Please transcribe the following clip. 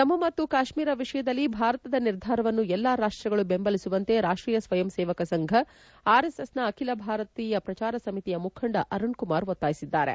ಜಮ್ಮ ಮತ್ತು ಕಾಶ್ಮೀರ ವಿಷಯದಲ್ಲಿ ಭಾರತದ ನಿರ್ಧಾರವನ್ನು ಎಲ್ಲಾ ರಾಷ್ಟಗಳು ಬೆಂಬಲಿಸುವಂತೆ ರಾಷ್ಟೀಯ ಸ್ವಯಂಸೇವಕ ಸಂಘ ಆರ್ಎಸ್ಎಸ್ನ ಅಖಿಲ ಭಾರತೀಯ ಪ್ರಚಾರ ಸಮಿತಿಯ ಮುಖಂಡ ಅರುಣ್ಕುಮಾರ್ ಒತ್ತಾಯಿಸಿದ್ದಾರೆ